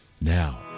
now